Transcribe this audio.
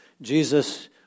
Jesus